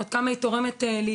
עד כמה היא תורמת לילדים.